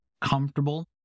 comfortable